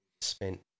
spent